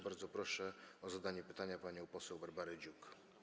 Bardzo proszę o zadanie pytania panią poseł Barbarę Dziuk.